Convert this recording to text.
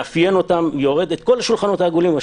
מאפיין אותם, יורד לכל השולחנות העגולים.